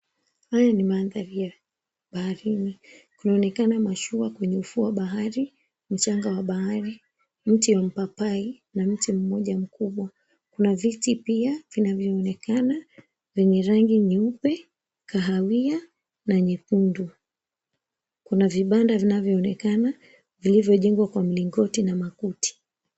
Haya ni mandhari ya baharini. Kunaonekana mashua kwenye ufuo bahari, mchanga wa bahari, mti wa mpapai na mti mmoja mkubwa. Kuna viti pia vinavyoonekana vyenye rangi nyeupe, kahawia na nyekundu. Kuna vibanda vinavyoonekana vilivyojengwa kwa mlingoti na makuti.